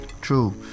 True